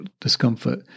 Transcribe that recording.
discomfort